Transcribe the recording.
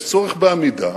יש צורך בעמידה